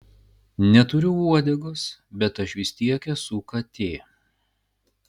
neturiu uodegos bet aš vis tiek esu katė